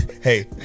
Hey